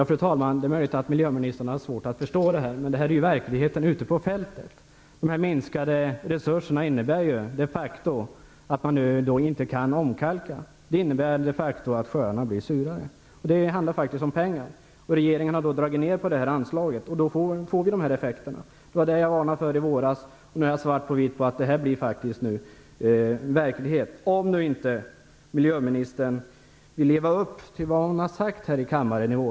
Fru talman! Det är möjligt att miljöministern har svårt att förstå det här, men detta är verkligheten ute på fältet. Minskningen av resurserna innebär de facto att man inte kan omkalka och att sjöarna blir surare. Det handlar faktiskt om pengar. Regeringen har dragit ner på det här anslaget, och då får vi dessa effekter. Det var detta jag varnade för i våras. Nu har jag svart på vitt på att det faktiskt blir verklighet - om inte miljöministern vill leva upp till vad hon sade i kammaren i våras.